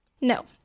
No